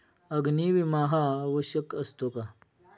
अग्नी विमा हा आवश्यक असतो का?